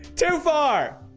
too far